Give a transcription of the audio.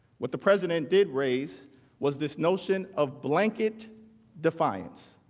what the president did raise was this notion of blanket defiance.